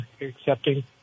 accepting